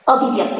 અભિવ્યક્તિ